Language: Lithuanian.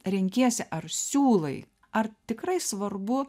renkiesi ar siūlai ar tikrai svarbu